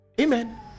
amen